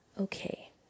Okay